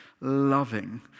loving